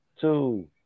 two